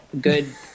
Good